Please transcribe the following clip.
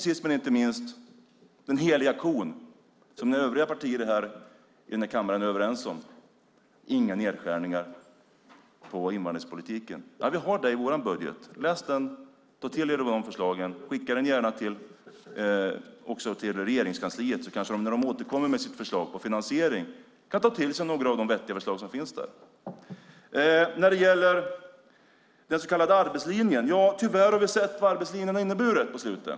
Sist, men inte minst, den heliga kon, som övriga partier i kammaren är överens om - inga nedskärningar på invandringspolitiken. Vi har det i vår budget. Läs den! Ta till er av de förslagen! Skicka den gärna också till Regeringskansliet så kanske de när de återkommer med sitt förslag till finansiering kan ta till sig några av de vettiga förslag som finns där. När det gäller den så kallade arbetslinjen har vi tyvärr sett vad den har inneburit på senare tid.